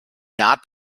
not